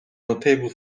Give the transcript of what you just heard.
notable